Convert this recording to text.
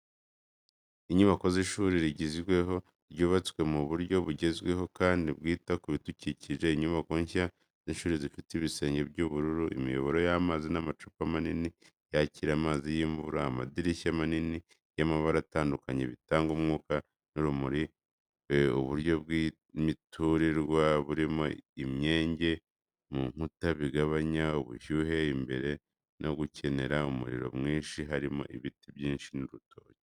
Inyubako z’ishuri rigezweho, ryubatswe mu buryo bugezweho kandi bwita ku bidukikije. Inyubako nshya z’ishuri zifite ibisenge by’ubururu, imiyoboro y’amazi n’amacupa manini yakira amazi y’imvura, amadirishya manini y’amabara atandukanye bitanga umwuka n’urumuri, uburyo bw’imiturirwa burimo imyenge mu nkuta bigabanya ubushyuhe imbere no gukenera umuriro mwinshi harimo ibiti byinshi n’urutoki.